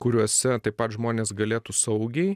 kuriuose taip pat žmonės galėtų saugiai